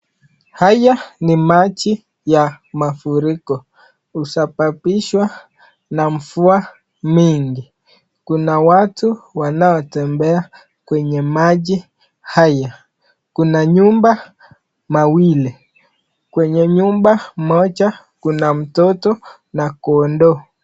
Haya ni maji ya mafuriko, husababishwa na mvua mingi. Kuna watu wanaotembea kwenye maji haya. Kuna nyumba mbili. Kwenye nyumba moja kuna mtoto na kondoo.